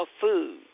food